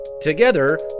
Together